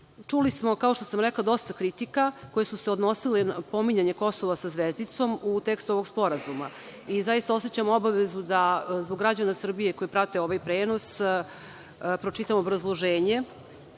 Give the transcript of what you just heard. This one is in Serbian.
EU.Čuli smo, kao što sam rekla dosta kritika, koje su se odnosile na pominjanje Kosova sa zvezdicom u tekstu ovog sporazuma, i zaista osećam obavezu da zbog građana Srbije koji prate ovaj prenos pročitam obrazloženje